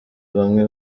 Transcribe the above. bamwe